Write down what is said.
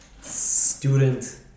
student